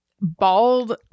bald